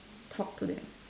talk to them